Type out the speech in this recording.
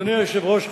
אדוני היושב-ראש,